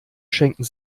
schenken